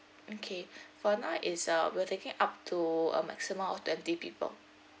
okay for now it's uh we're taking up to a maximum of twenty people